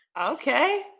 okay